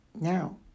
Now